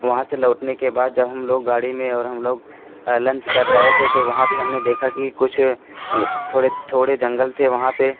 वहाँ से लौटने के बाद जब हम लोग गाड़ी में और हम लोग लंच कर रहे थे तो वहाँ भी हमने देखा की कुछ थोड़े थोड़े जंगल थे वहाँ पर